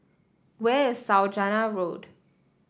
where is Saujana Road